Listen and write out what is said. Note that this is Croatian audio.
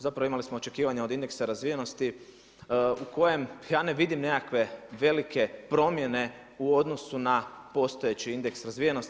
Zapravo imali smo očekivanja od indeksa razvijenosti u kojem ja ne vidim nekakve velike promjene u odnosu na postojeći indeks razvijenosti.